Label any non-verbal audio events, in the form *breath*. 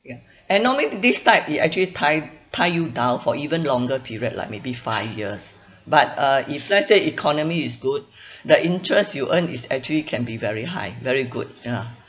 ya and normally this type it actually tie tie you down for even longer period like maybe five years but uh if let's say economy is good *breath* the interest you earn is actually can be very high very good ya